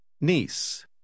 Niece